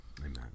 Amen